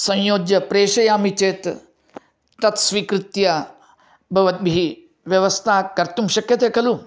संयोज्य प्रेषयामि चेत् तत् स्वीकृत्य भवद्भिः व्यवस्था कर्तुं शक्यते खलु